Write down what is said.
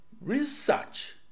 Research